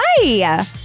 Hi